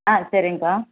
ஆ சரிங்கப்பா